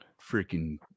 freaking